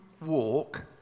walk